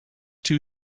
two